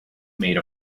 made